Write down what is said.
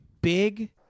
big